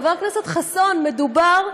חבר הכנסת חסון, מדובר,